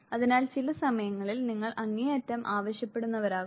അതിനാൽ ചില സമയങ്ങളിൽ നിങ്ങൾ അങ്ങേയറ്റം ആവശ്യപ്പെടുന്നവരാവുന്നു